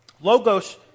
Logos